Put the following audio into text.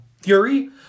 Fury